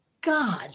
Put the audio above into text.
God